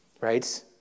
right